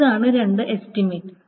ഇതാണ് രണ്ട് എസ്റ്റിമേറ്റ്